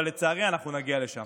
אבל לצערי אנחנו נגיע לשם.